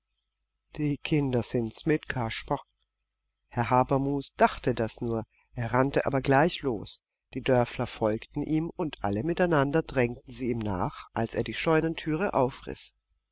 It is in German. die kinder sind's mit kasper herr habermus dachte das nur er rannte aber gleich los die dörfler folgten ihm und alle miteinander drängten sie ihm nach als er die scheunentüre